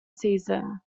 season